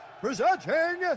presenting